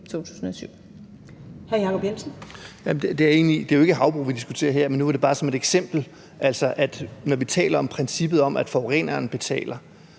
Det er ikke havbrug, vi diskuterer her, men nu var det bare som et eksempel på, at når vi taler om princippet om, at forureneren betaler,